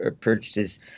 purchases